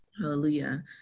Hallelujah